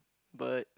but